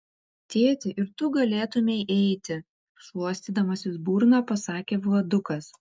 tėti ir tu galėtumei eiti šluostydamasis burną pasakė vladukas